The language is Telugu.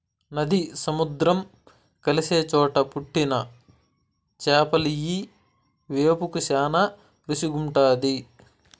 నది, సముద్రం కలిసే చోట పుట్టిన చేపలియ్యి వేపుకు శానా రుసిగుంటాది